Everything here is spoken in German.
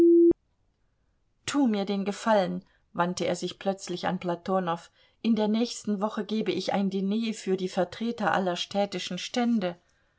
tu mir den gefallen wandte er sich plötzlich an platonow in der nächsten woche gebe ich ein diner für die vertreter aller städtischen stände